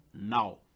now